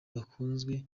bakunzwe